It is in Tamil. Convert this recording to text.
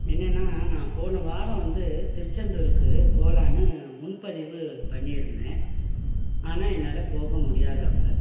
என்னென்னால் நான் போன வாரம் வந்து திருச்செந்தூருக்கு போகலான்னு முன்பதிவு பண்ணி இருந்தேன் ஆனால் என்னால் போக முடியாது அப்போ